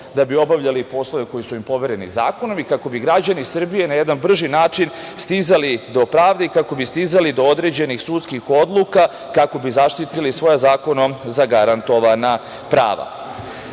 da bi obavljali poslove koji su im povereni zakonom i kako bi građani Srbije na jedan brži način stizali do pravde i kako bi stizali do određenih sudskih odluka kako bi zaštitili svoja zakonom zagarantovana prava. Kada